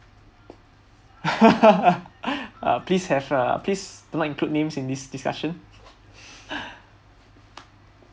uh please have uh please do not include names in this discussion